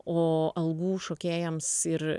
o algų šokėjams ir